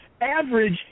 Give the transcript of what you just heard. average